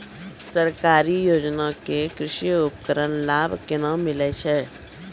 सरकारी योजना के कृषि उपकरण लाभ केना मिलै छै?